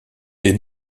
est